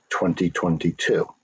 2022